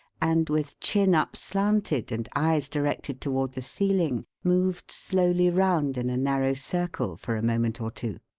and, with chin upslanted and eyes directed toward the ceiling, moved slowly round in a narrow circle for a moment or two.